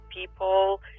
people